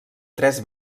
tres